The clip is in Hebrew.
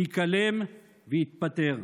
היכלם והתפטר.